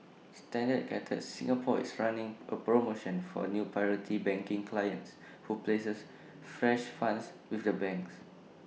standard chartered Singapore is running A promotion for new priority banking clients who places fresh funds with the banks